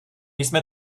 jsme